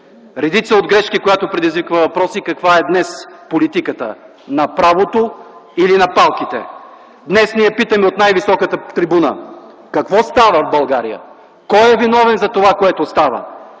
Редица от грешки, която предизвиква въпроса: каква е днес политиката – на правото или на палките? Днес ние питаме от най-високата трибуна: какво става в България? Кой е виновен за това, което става?